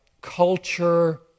culture